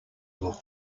will